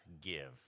give